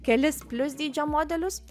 kelis plius dydžio modelius